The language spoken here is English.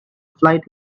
flight